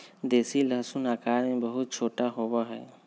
देसी लहसुन आकार में बहुत छोटा होबा हई